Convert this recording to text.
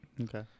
Okay